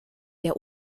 der